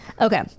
Okay